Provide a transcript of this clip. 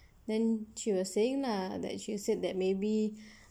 then she was saying lah that she said that maybe